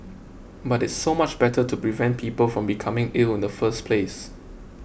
but it's so much better to prevent people from becoming ill in the first place